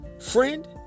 Friend